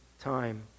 time